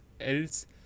else